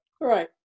Right